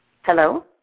Hello